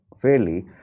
fairly